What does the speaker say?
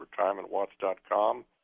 RetirementWatch.com